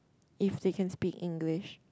if they can speak English